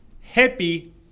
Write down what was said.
happy